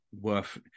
worth